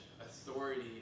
authority